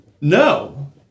no